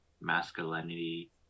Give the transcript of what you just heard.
masculinity